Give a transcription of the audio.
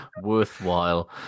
worthwhile